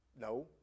No